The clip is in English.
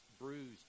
bruised